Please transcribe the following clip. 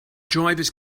drivers